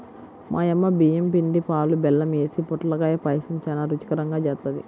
మా యమ్మ బియ్యం పిండి, పాలు, బెల్లం యేసి పొట్లకాయ పాయసం చానా రుచికరంగా జేత్తది